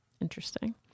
interesting